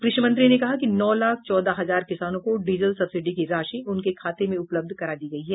कृषि मंत्री ने कहा कि नौ लाख चौदह हजार किसानों को डीजल सब्सिडी की राशि उनके खाते में उपलब्ध करा दी गयी है